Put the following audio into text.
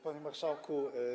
Panie Marszałku!